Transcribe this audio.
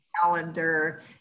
calendar